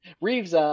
Reeves